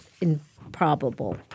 improbable